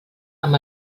amb